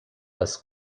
las